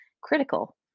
critical